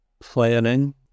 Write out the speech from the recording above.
planning